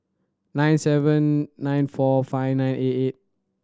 six seven nine four five nine eight eight